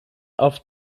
auf